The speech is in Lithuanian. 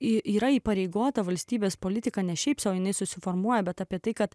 yra įpareigota valstybės politika ne šiaip sau eini susiformuoja bet apie tai kad